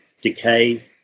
decay